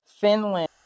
Finland